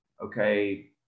okay